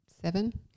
seven